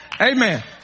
Amen